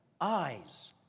eyes